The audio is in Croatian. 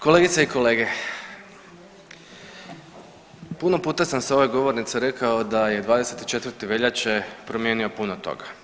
Kolegice i kolege, puno puta sam s ove govornice rekao da je 24. veljače promijenio puno toga.